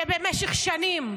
-- שבמשך שנים,